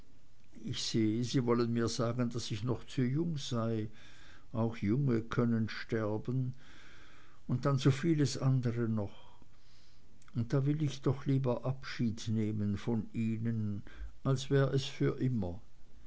ich sehe sie wollen mir sagen daß ich noch zu jung sei auch junge können sterben und dann so vieles andre noch und da will ich doch lieber abschied nehmen von ihnen als wär es für immer